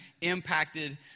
impacted